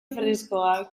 freskoak